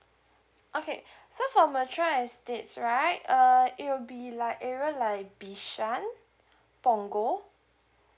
okay so for mature estates right uh it will be like area like bishan punggol